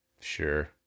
Sure